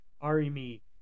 army